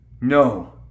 No